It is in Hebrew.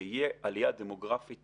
כשתהיה עלייה דמוגרפית